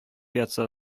ятса